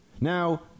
Now